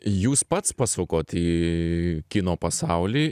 jūs pats pasukot į kino pasaulį